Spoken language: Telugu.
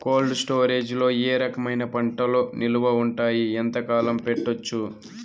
కోల్డ్ స్టోరేజ్ లో ఏ రకమైన పంటలు నిలువ ఉంటాయి, ఎంతకాలం పెట్టొచ్చు?